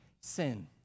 sin